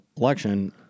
election